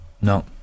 No